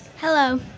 Hello